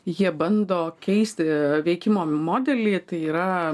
jie bando keisti veikimo modelį tai yra